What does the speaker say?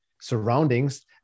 surroundings